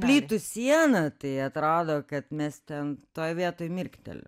plytų siena tai atrado kad mes ten toj vietoj mirkteli